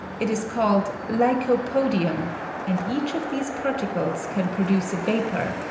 it is called lycopodium and each of these particles can produce a vapor,